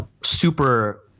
super